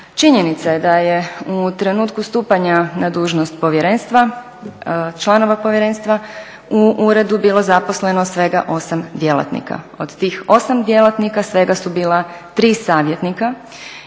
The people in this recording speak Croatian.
Činjenica je da je u trenutku stupanja na dužnost povjerenstva, članova povjerenstva u uredu bilo zaposleno svega 8 djelatnika. Od tih 8 djelatnika svega su bila 3 savjetnika